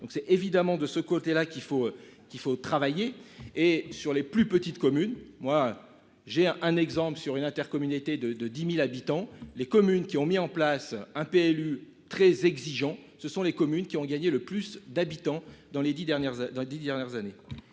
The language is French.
donc c'est évidemment de ce côté-là qu'il faut qu'il faut travailler et sur les plus petites communes, moi j'ai un exemple sur une intercommunalité de de 10.000 habitants, les communes qui ont mis en place un PLU très exigeant. Ce sont les communes qui ont gagné le plus d'habitants dans les 10 dernières années